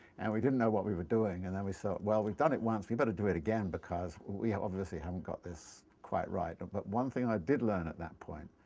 and we didn't know what we were doing and then we thought well we've done it once, we better do it again because we obviously haven't got this quite right but one thing that i did learn at that point,